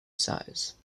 size